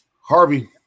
Harvey